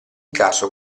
caso